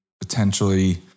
potentially